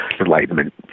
Enlightenment